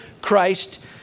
Christ